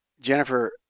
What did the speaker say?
Jennifer